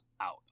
out